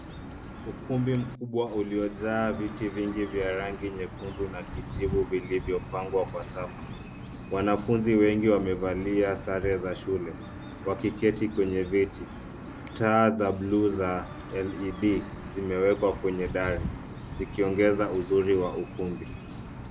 Ukumbi mkubwa uliojaa viti vingi vya rangi nyekundu na kijivu, vilivyopangwa kwa safu. Wanafunzi wengi wamevalia sare za shule, wakiketi kwenye viti. Taa za buluu za LED, zimewekwa kwenye dari, zikiongeza uzuri wa ukumbi.